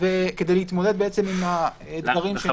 וכדי להתמודד עם הדברים שהוא צריך לעשות.